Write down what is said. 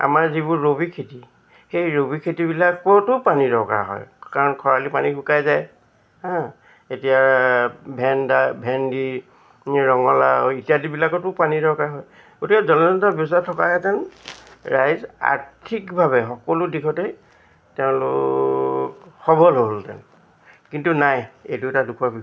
আমাৰ যিবোৰ ৰবি খেতি সেই ৰবি খেতিবিলাকতো পানী দৰকাৰ হয় কাৰণ খৰালি পানী শুকাই যায় হা এতিয়া ভেন্দা ভেন্দি ৰঙালাও ইত্যাদিবিলাকতো পানীৰ দৰকাৰ হয় গতিকে জলসিঞ্চনৰ ব্যৱস্থা থকাহেঁতেন ৰাইজ আৰ্থিকভাৱে সকলো দিশতেই তেওঁলোক সবল হ'লহেঁতেন কিন্তু নাই এইটো এটা দুখৰ বিষয়